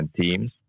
teams